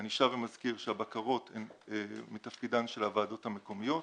אני שב ומזכיר שהבקרות הן מתפקידן של הוועדות המקומיות.